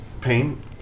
pain